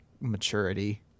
maturity